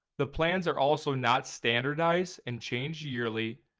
the plans are also not standardized and change yearly,